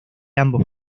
ambos